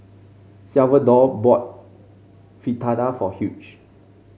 Salvador bought Fritada for Hugh